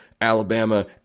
Alabama